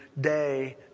day